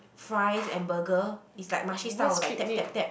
fries and burger it's like Marche style like tap tap tap